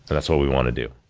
that's all we want to do.